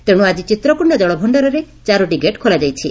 ତେଣୁ ଆକି ଚିତ୍ରକୋଣ୍ଡା ଜଳଭଣ୍ତାରରେ ଚାରୋଟି ଗେଟ୍ ଖୋଲା ଯାଇଛି